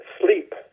sleep